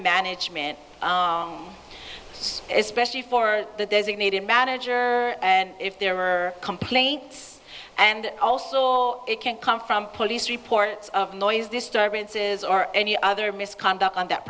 management so especially for the designated manager and if there are complaints and also or it can come from police reports of noise this story rinses or any other misconduct on that